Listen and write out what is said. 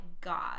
God